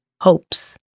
hopes